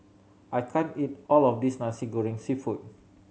I can't eat all of this Nasi Goreng Seafood